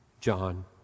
John